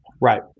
Right